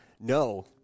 no